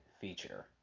feature